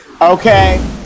okay